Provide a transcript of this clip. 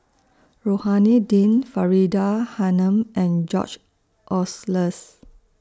Rohani Din Faridah Hanum and George Oehlers